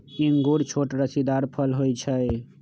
इंगूर छोट रसीदार फल होइ छइ